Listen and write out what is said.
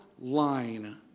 line